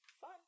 Fun